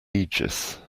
aegis